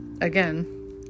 again